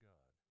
God